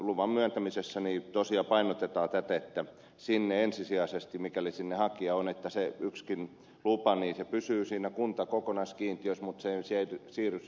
luvan myöntämisessä tosiaan painotetaan tätä että sinne kylälle ensisijaisesti mikäli sinne hakija on niin että se yksikin lupa pysyy siinä kuntakokonaiskiintiössä mutta se ei siirry sinne kuntakeskukseen